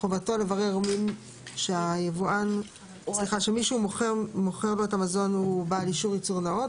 חובתו לברר שמי שמוכר לו את המזון הוא בעל אישור ייצור נכון,